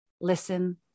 listen